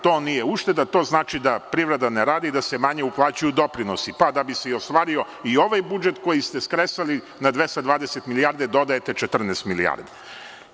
To nije ušteda, to znači na privreda ne radi, da se manje uplaćuju doprinosi, pa da bi se ostvario i ovaj budžet koji ste skresali na 220 milijarde dodajete 14 milijarde.